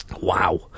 Wow